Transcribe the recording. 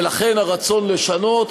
ולכן הרצון לשנות,